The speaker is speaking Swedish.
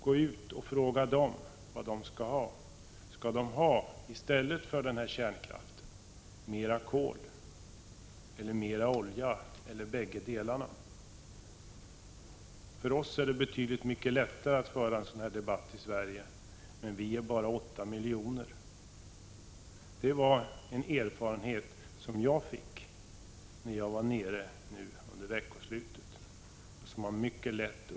Gå ut och fråga dem vad de skall ha. Skall de i stället för kärnkraften ha mer kol eller mer olja eller bägge delarna? För oss i Sverige är det betydligt lättare att föra en sådan här debatt än det är för människorna i övriga europeiska länder, men vi är bara 8 miljoner. Det var en erfarenhet som jag fick när jag var nere i Europa under det gångna veckoslutet.